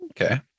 Okay